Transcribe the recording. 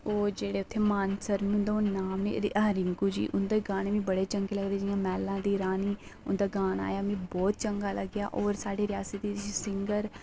ओह् जेह्ड़े उत्थै मानसर उं'दा हून नाम नि आखदे रिंकू जी उंदे गाने मि बड़े चंगे लगदे जि'यां मैह्लां दी रानी वनाया मि बहुत चंगा लग्गेआ और साढ़ी रियासी दी